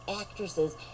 actresses